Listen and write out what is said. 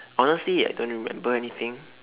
honestly I don't remember anything